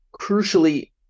crucially